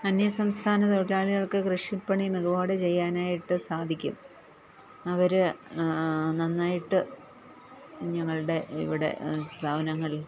അന്യസംസ്ഥാന തൊഴിലാളികൾക്ക് കൃഷിപ്പണി മികവോടെ ചെയ്യാനായിട്ട് സാധിക്കും അവർ നന്നായിട്ട് ഞങ്ങളുടെ ഇവിടെ സ്ഥാപനങ്ങളിൽ